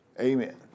Amen